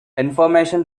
information